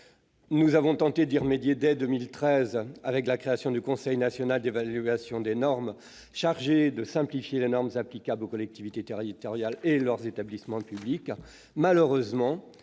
Nous avons tenté d'y remédier dès 2013, en créant le Conseil national d'évaluation des normes, chargé de simplifier les normes applicables aux collectivités territoriales et à leurs établissements publics.